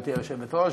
גברתי היושבת-ראש,